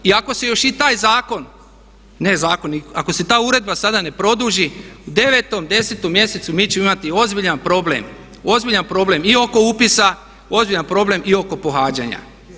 I ako se još i taj zakon, ne zakoni, ako se ta uredba sada ne produži, u devetom, desetom mjesecu mi ćemo imati ozbiljan problem, ozbiljan problem i oko upisa, ozbiljan problem i oko pohađanja.